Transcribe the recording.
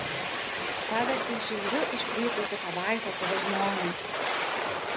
pavertei žiauriu iškrypusiu pabaisa savo žmonai